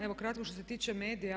Evo kratko što se tiče medija.